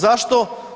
Zašto?